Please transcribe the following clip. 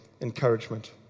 encouragement